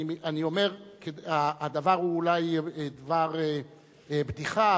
הדבר הוא אולי דבר בדיחה,